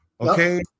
Okay